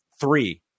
three